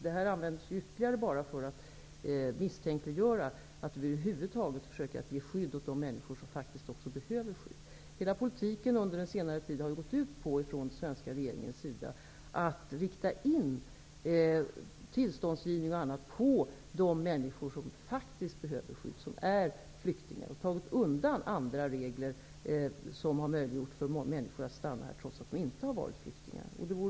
Detta uttryck används bara för att misstänkliggöra att vi över huvud taget försöker ge skydd åt de människor som faktiskt behöver skydd. Den svenska regeringens hela politik har under senare tid gått ut på att rikta in tillståndsgivning och annat på de människor som faktiskt behöver skydd, som är flyktingar. Andra regler, som har möjliggjort för människor att stanna här trots att de inte har varit flyktingar, har tagits undan.